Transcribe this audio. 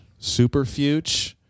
Superfuge